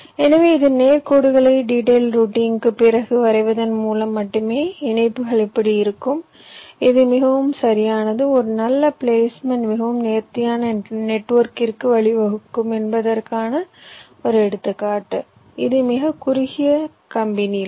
எனவே இது நேர் கோடுகளை டீடைல் ரூட்டிங்க்கு பிறகு வரைவதன் மூலம் மட்டுமே இணைப்புகள் இப்படி இருக்கும் இது மிகவும் சரியானது ஒரு நல்ல பிளேஸ்மென்ட் மிகவும் நேர்த்தியான நெட்வொர்க்கிற்கு வழிவகுக்கும் என்பதற்கான ஒரு எடுத்துக்காட்டு இது மிகக் குறுகிய கம்பி நீளம்